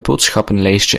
boodschappenlijstje